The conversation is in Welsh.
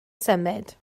symud